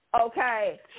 Okay